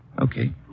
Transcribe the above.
Okay